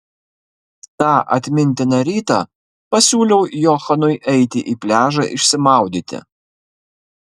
tą atmintiną rytą pasiūliau johanui eiti į pliažą išsimaudyti